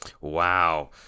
Wow